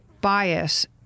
bias